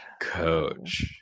coach